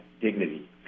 dignity